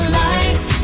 life